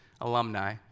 alumni